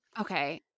Okay